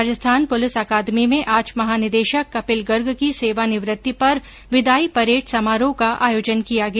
Rajasthan police अकादमी में आज महानिदेशक कपिल गर्ग की सेवानिवृत्ति पर विदाई परेड समारोह का आयोजन किया गया